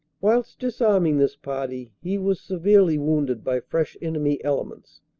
whilst disarming this party he was severely wounded by fresh enemy elements.